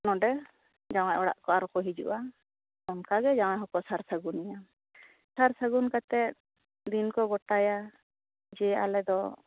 ᱱᱚᱸᱰᱮ ᱡᱟᱶᱟᱭ ᱚᱲᱟᱜ ᱠᱚ ᱟᱨᱦᱚᱸᱠᱚ ᱦᱤᱡᱩᱜᱼᱟ ᱚᱱᱠᱟ ᱜᱮ ᱡᱟᱶᱟᱭ ᱦᱚᱸᱠᱚ ᱥᱟᱨ ᱥᱟᱹᱜᱩᱱᱮᱭᱟ ᱥᱟᱨ ᱥᱟᱹᱜᱩᱱ ᱠᱟᱛᱮᱫ ᱫᱤᱱ ᱠᱚ ᱜᱚᱴᱟᱭᱟ ᱡᱮ ᱟᱞᱮ ᱫᱚ